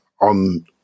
on